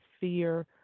fear